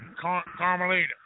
Carmelita